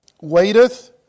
waiteth